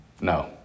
No